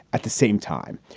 at the same time,